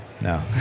No